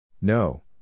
No